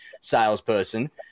salesperson